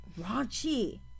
raunchy